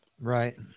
Right